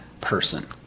person